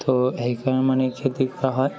তো সেইকাৰণে মানে খেতি কৰা হয়